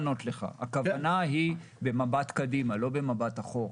הכוונה היא במבט קדימה ולא במבט אחורה.